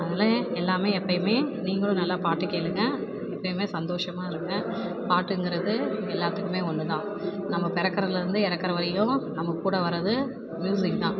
அதனால எல்லாமே எப்பையுமே நீங்களும் நல்லா பாட்டு கேளுங்க எப்போயுமே சந்தோஷமாக இருங்க பாட்டுங்கிறது உங்கள் எல்லாத்துக்குமே ஒன்று தான் நம்ம பிறக்குறதுலருந்து இறக்குற வரையும் நம்ம கூட வர்றது மியூசிக் தான்